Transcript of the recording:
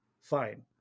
fine